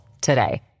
today